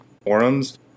forums